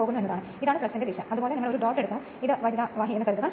എന്തായാലും ഇത് ഇൻഡക്ഷൻ മോട്ടറിന് ചെറിയ വലുപ്പമുണ്ട്